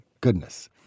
goodness